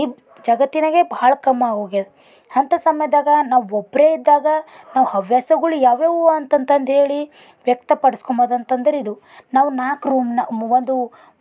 ಈ ಜಗತ್ತಿನಾಗೆ ಬಹಳ ಕಮ್ಮಿ ಆಗಿ ಹೋಗ್ಯದ ಅಂಥ ಸಮಯದಾಗ ನಾವು ಒಬ್ಬರೇ ಇದ್ದಾಗ ನಾವು ಹವ್ಯಾಸಗಳು ಯಾವ್ಯಾವು ಅಂತಂತಂದು ಹೇಳಿ ವ್ಯಕ್ತಪಡ್ಸ್ಕೊಂಬೌದು ಅಂತಂದ್ರೆ ಇದು ನಾವು ನಾಲ್ಕು ರೂಮ್ನ ಒಂದು